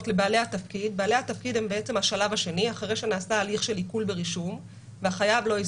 אז השלב השני של מתן